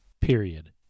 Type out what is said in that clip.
period